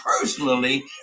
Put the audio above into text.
personally